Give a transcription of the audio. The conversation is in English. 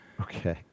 Okay